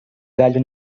galho